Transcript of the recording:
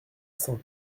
cent